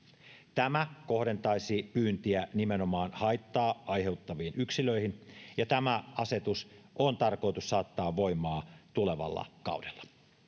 tämä kohdentaisi pyyntiä nimenomaan haittaa aiheuttaviin yksilöihin ja tämä asetus on tarkoitus saattaa voimaan tulevalla kaudella